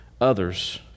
others